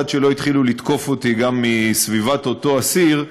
עד שלא התחילו לתקוף אותי גם מסביבת אותו אסיר,